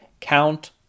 Count